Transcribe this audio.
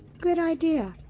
good idea.